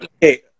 Hey